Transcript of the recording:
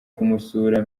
kumusura